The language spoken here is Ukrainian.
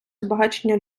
збагачення